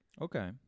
Okay